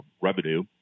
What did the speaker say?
revenue